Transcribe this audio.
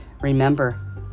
Remember